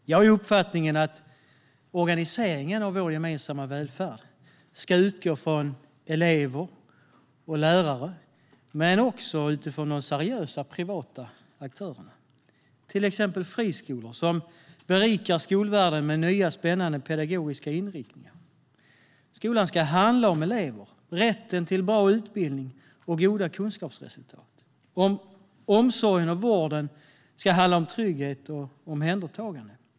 Jag har uppfattningen att organiseringen av vår gemensamma välfärd ska utgå från elever och lärare men också utifrån de seriösa privata aktörerna, till exempel friskolor som berikar skolvärlden med nya spännande pedagogiska inriktningar. Skolan ska handla om elever, rätten till en bra utbildning och goda kunskapsresultat. Omsorgen och vården ska handla om trygghet och omhändertagande.